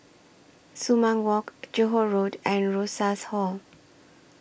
Sumang Walk Johore Road and Rosas Hall